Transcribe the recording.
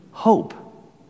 Hope